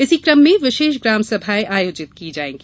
इसी क्रम में विशेष ग्राम सभाएँ आयोजित की जाएगी